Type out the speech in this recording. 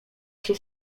się